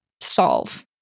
solve